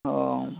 oh